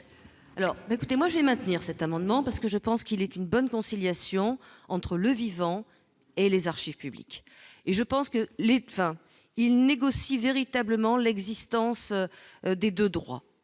Alors, ben écoutez, moi j'ai maintenir cet amendement parce que je pense qu'il est une bonne conciliation entre le vivant et les archives publiques et je pense que l'étain il négocie Very. Tables ment l'existence des de droits,